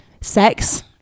sex